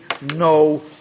no